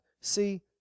See